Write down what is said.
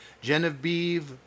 Genevieve